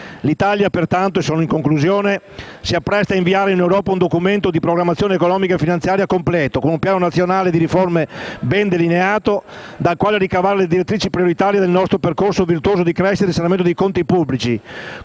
L'Italia, pertanto, si appresta ad inviare in Europa un Documento di programmazione economica e finanziaria completo, con un Programma nazionale di riforme ben delineato, dal quale ricavare le direttrici prioritarie del nostro percorso virtuoso di crescita e risanamento dei conti pubblici,